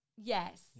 Yes